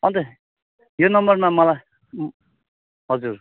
अन्त यो नम्बरमा मलाई हजुर